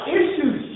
issues